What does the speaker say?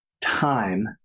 time